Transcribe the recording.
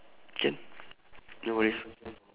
can no worries